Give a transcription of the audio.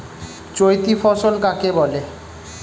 চৈতি ফসল কাকে বলে?